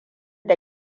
da